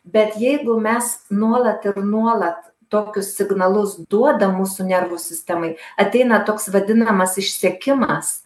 bet jeigu mes nuolat ir nuolat tokius signalus duodam mūsų nervų sistemai ateina toks vadinamas išsekimas